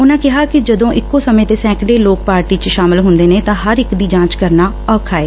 ਉਨੂਾ ਕਿਹਾ ਕਿ ਜਦੋ ਇਕੋ ਸਮੇ ਤੇ ਸੈਕੜੇ ਲੋਕ ਪਾਰਟੀ ਚ ਸ਼ਾਮਲ ਹੂੰਦੇ ਨੇ ਤਾਂ ਹਰ ਇਕ ਦੀ ਜਾਂਚ ਕਰਨਾ ਔਖਾ ਏ